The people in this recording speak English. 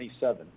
27